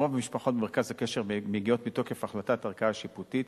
רוב משפחות מרכז הקשר מגיעות מתוקף החלטת ערכאה שיפוטית.